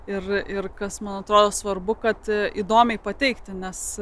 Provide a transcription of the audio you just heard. ir ir kas man atrodo svarbu kad įdomiai pateikti nes